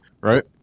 right